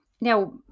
Now